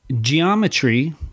Geometry